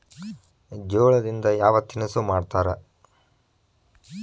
ಜೋಳದಿಂದ ಯಾವ ತಿನಸು ಮಾಡತಾರ?